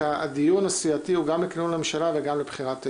הדיון הסיעתי הוא גם לכינון הממשלה וגם לבחירת היו"ר.